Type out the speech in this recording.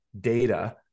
data